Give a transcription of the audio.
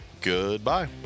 Goodbye